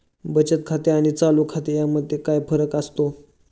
बचत खाते आणि चालू खाते यामध्ये फरक काय असतो?